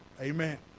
Amen